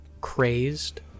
crazed